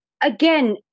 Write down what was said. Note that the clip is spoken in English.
again